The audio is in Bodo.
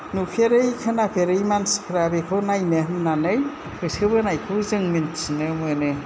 नुफेरै खोनाफेरै मानसिफ्रा बेखौ नायनो होननानै होसोबोनायखौ जों मिन्थिनो मोनो